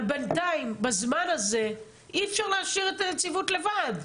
אבל בינתיים בזמן הזה אי אפשר להשאיר את הנציבות לבד.